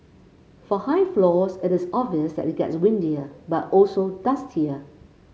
for high floors it is obvious that it gets windier but also dustier